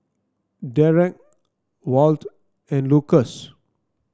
Dereck Walt and Lukas